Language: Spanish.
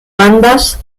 bandas